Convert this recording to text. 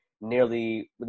nearly –